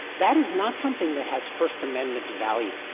that is not something that has first amendment value.